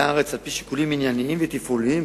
הארץ על-פי שיקולים ענייניים ותפעוליים,